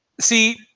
See